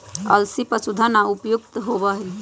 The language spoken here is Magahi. अलसी पशुधन ला उपयुक्त होबा हई